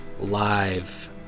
live